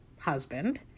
husband